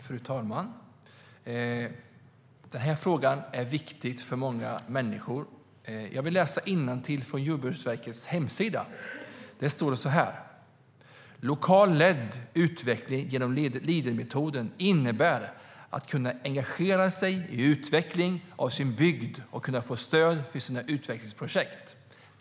Fru talman! Denna fråga är viktig för många människor. På Jordbruksverkets hemsida framgår att lokalt ledd utveckling genom Leadermetoden innebär att kunna engagera sig i utveckling av sin bygd och få stöd för sina utvecklingsprojekt.